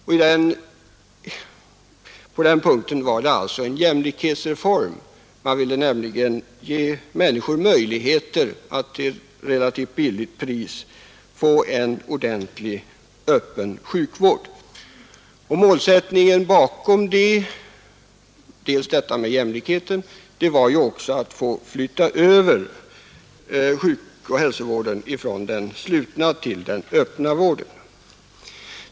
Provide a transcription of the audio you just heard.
”Sjukronorsreformen” var alltså en jämlikhetsreform genom vilken man ville ge människor möjligheter att till ett relativt billigt pris få en ordentlig öppen sjukvård. Utöver detta hade man målsättningen att flytta över sjukoch hälsovården från den slutna till den öppna vården.